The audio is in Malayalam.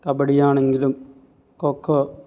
കബടിയാണങ്കിലും കോ കോ